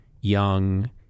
Young